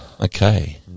Okay